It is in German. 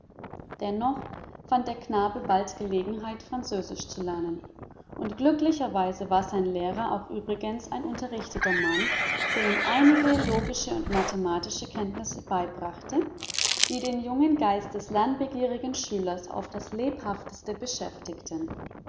doch fand der knabe bald gelegenheit französisch zu lernen und glücklicherweise war sein lehrer auch übrigens ein unterrichteter mann der ihm einige logische und mathematische kenntnisse beibrachte die den jungen geist des lernbegierigen schülers auf das lebhafteste beschäftigten